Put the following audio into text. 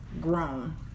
grown